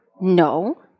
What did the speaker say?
No